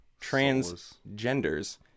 transgenders